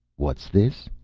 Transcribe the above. what's this?